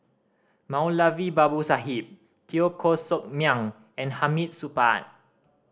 Moulavi Babu Sahib Teo Koh Sock Miang and Hamid Supaat